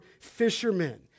fishermen